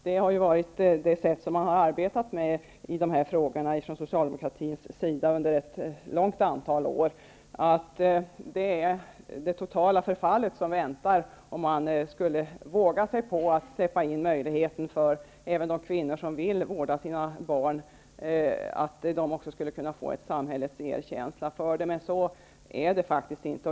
Det sättet har man arbetat på i dessa frågor från socialdemokratins sida under många år. Man har sagt att det totala förfallet väntar om man skulle våga sig på att släppa in möjligheten att de kvinnor som vill vårda sina barn skulle kunna få samhällets erkänsla för det. Men så är det faktiskt inte.